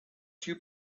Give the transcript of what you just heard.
two